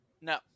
No